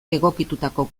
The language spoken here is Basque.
egokitutako